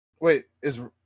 wait—is